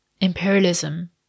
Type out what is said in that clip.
imperialism